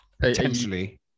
Potentially